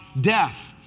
death